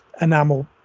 enamel